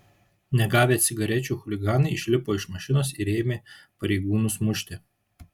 negavę cigarečių chuliganai išlipo iš mašinos ir ėmė pareigūnus mušti